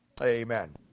Amen